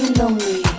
lonely